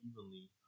evenly